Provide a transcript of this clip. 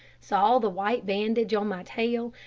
saw the white bandage on my tail,